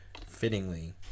fittingly